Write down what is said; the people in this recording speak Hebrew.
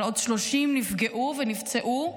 אבל עוד 30 נפצעו ונפגעו,